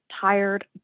tired